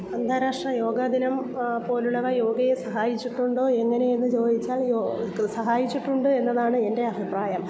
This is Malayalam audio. അന്താരാഷ്ട്ര യോഗ ദിനം പോലുള്ളവ യോഗയെ സഹായിച്ചിട്ടുണ്ടോ എങ്ങനെയെന്ന് ചോദിച്ചാൽ സഹായിച്ചിട്ടുണ്ട് എന്നതാണ് എൻ്റെ അഭിപ്രായം